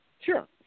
Sure